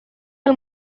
del